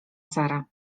sara